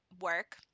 work